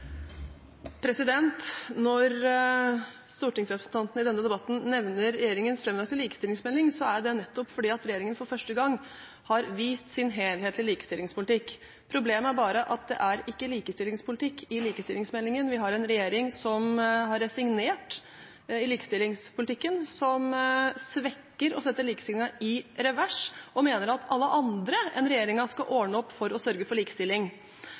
gang har vist sin helhetlige likestillingspolitikk. Problemet er bare at det ikke er likestillingspolitikk i likestillingsmeldingen. Vi har en regjering som har resignert i likestillingspolitikken, som svekker likestillingen og setter den i revers, og som mener at alle andre enn regjeringen skal ordne opp for å sørge for likestilling.